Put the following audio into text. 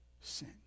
Sin